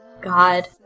God